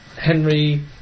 Henry